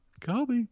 Kobe